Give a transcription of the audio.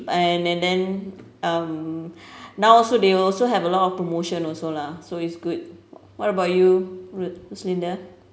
and then um now also they also have a lot of promotion also lah so it's good what about you roslinda